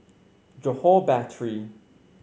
Johore Battery